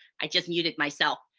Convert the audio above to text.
i just muted myself.